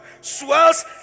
Swells